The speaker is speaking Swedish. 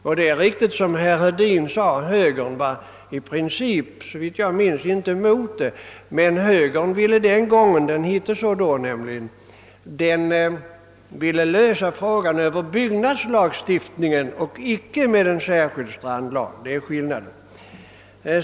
Och det är riktigt som herr Hedin säger att högern i princip inte var emot strandlagen, men högern ville hellre lösa frågan via byggnadslagstiftningen. Det var skillnaden.